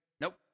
nope